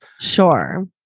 Sure